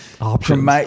options